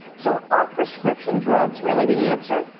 so are prescription drugs really the answer?